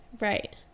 Right